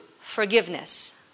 forgiveness